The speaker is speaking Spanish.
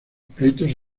pleitos